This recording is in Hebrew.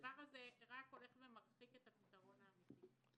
הדבר הזה רק הולך ומרחיק את הפתרון האמיתי.